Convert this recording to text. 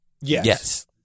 Yes